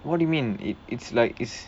what do you mean it it's like it's